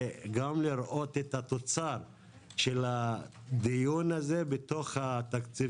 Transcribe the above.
וגם לראות את התוצר של הדיון הזה בתוך התקציב